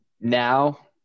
now